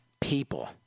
people